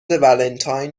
ولنتاین